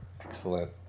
excellent